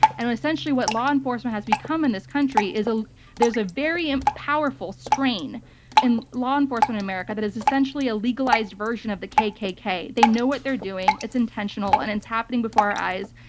and and essentially, what law enforcement has become in this country is, ah there's a very um powerful strain in law enforcement in america that is essentially a legalized version of the kkk. they know what they're doing. it's intentional, and it's happening before our eyes.